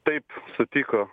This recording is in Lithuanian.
taip sutiko